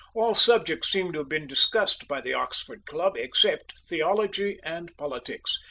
all subjects seem to have been discussed by the oxford club except theology and politics,